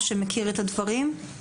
שמכיר את הדברים?